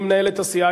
היא מנהלת הסיעה,